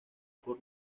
por